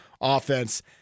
offense